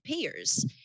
payers